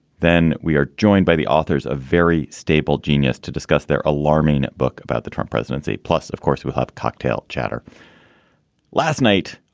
then we are joined by the authors of very stable genius to discuss their alarming book about the trump presidency. plus, of course, we have cocktail chatter last night.